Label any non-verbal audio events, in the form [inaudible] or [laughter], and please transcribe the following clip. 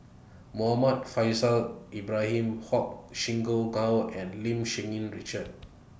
Muhammad Faishal Ibrahim Huang [unintelligible] and Lim Cherng Yih Richard